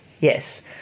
yes